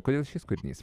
kodėl šis kūrinys